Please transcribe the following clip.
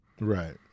Right